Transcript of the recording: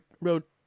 wrote